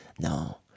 No